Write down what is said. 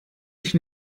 ich